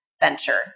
venture